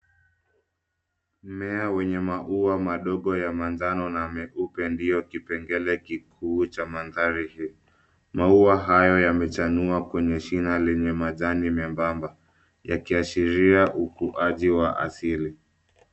Mmea wenye maua madogo ya manjano na meupe, ndio kipengele kikuu cha mandhari hii. Maua hayo yamechanua kwenye shina lenye majani membamba, yakiashiria ukuaji wa asili.